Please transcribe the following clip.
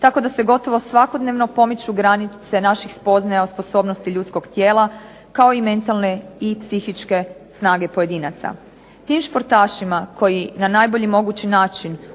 tako da se gotovo svakodnevno pomiču granice naših spoznaja o sposobnosti ljudskog tijela, kao i mentalne i psihičke snage pojedinaca. Tim športašima koji na najbolji mogući način